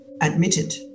admitted